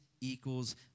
equals